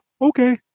Okay